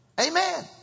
Amen